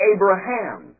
Abraham